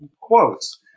quotes